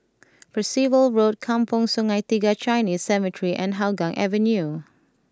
Percival Road Kampong Sungai Tiga Chinese Cemetery and Hougang Avenue